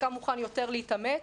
חלקם מוכן יותר להתאמץ,